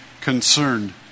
concerned